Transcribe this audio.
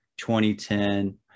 2010